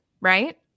Right